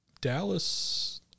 Dallas